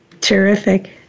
Terrific